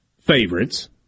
favorites